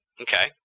Okay